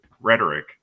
rhetoric